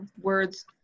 words